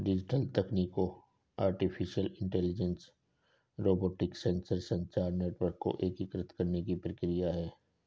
digital तकनीकों artificial intelligence, robotics, sensor, संचार network को एकीकृत करने की प्रक्रिया है